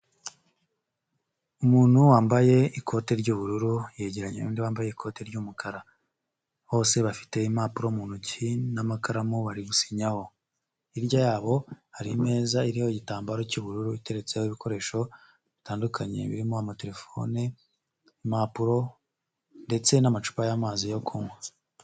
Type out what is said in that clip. Umuntu wambaye ikote ry'ubururu, yegeranye n'undi wambaye ikoti ry'umukara, bose bafite impapuro mu ntoki n'amakaramu bari gusinyaraho, hirya yabo hari imeza iriho igitambararo cy'ubururu, iteretseho ibikoresho bitandukanye birimo amatelefone, impapuro ndetse n'amacupa y'amazi yo kunywa.